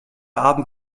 abend